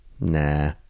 nah